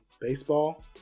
baseball